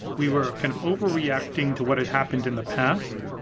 we were kind of overreacting to what had happened in the past,